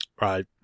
Right